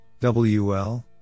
WL